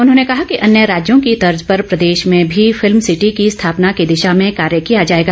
उन्होंने कहा कि अन्य राज्यों की तर्ज पर प्रदेश में भी फिल्म सिटी की स्थापना की दिशा में कार्य किया जाएगा